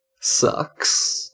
sucks